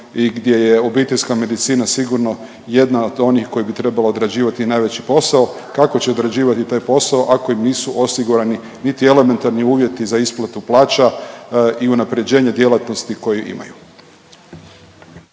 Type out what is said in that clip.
i gdje je obiteljska medicina sigurno jedna od onih koja bi trebala odrađivati i najveći posao. Kako će odrađivati taj posao ako im nisu osigurani niti elementarni uvjeti za isplatu plaća i unapređenje djelatnosti koju imaju.